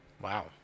Wow